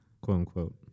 quote-unquote